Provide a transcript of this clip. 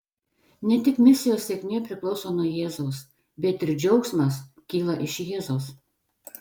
ne tik misijos sėkmė priklauso nuo jėzaus bet ir džiaugsmas kyla iš jėzaus